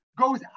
goes